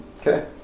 Okay